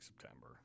September